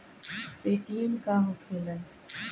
Paytm का होखेला?